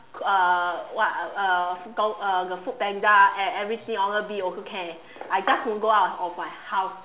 uh what uh uh call uh the foodpanda and everything honestbee also can I just don't go out of my house